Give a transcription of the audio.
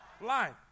life